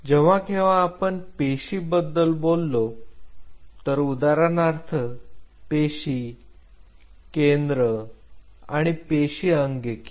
जेव्हा केव्हा आपण पेशी बद्दल बोललो तर उदाहरणार्थ पेशी केंद्र आणि पेशी अंगके